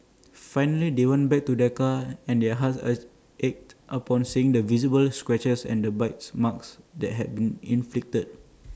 finally they went back to their car and their hearts ached upon seeing the visible scratches and bite marks that had been inflicted